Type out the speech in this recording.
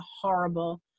horrible